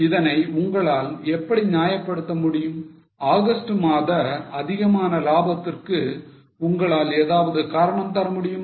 இதனை உங்களால் எப்படி நியாயப்படுத்த முடியும் ஆகஸ்ட் மாத அதிகமான லாபத்திற்கு உங்களால் ஏதாவது காரணம் தர முடியுமா